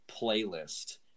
playlist